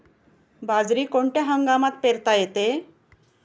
बाजरी कोणत्या हंगामात पेरता येते?